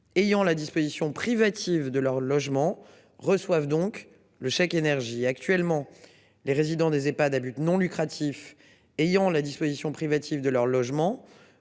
ayant la disposition privative de leur logement reçoivent donc le chèque énergie actuellement. Les résidents des Ehpads à but non lucratif ayant la disposition privative de leur logement